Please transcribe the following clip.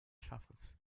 schaffens